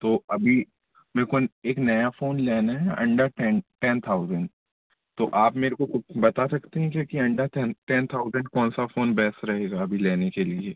तो अभी मेरे को एक नया फ़ोन लेना है अंडर टेन टेन थाउज़ेंड तो आप मेरे को कुछ बता सकते हैं क्या कि अंडर थेन टेन थाउज़ेंड कौन सा फ़ोन बेस्ट रहेगा अभी लेने के लिए